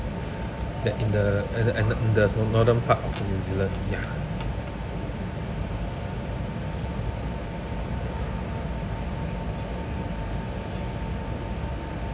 that in the at the at the the northern part of the new zealand ya